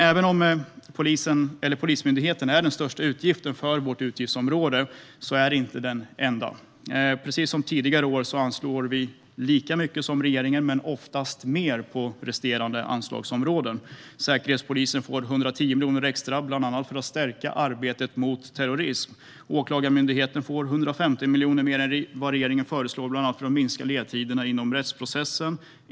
Även om Polismyndigheten är den största utgiften på vårt utgiftsområde är det inte den enda. Precis som tidigare år anslår vi lika mycket som regeringen, men oftast mer, på resterande anslagsområden. Säkerhetspolisen får 110 miljoner extra för att bland annat stärka arbetet mot terrorism. Åklagarmyndigheten får 150 miljoner mer än vad regeringen föreslår, bland annat för att minska ledtiderna inom rättsprocessen.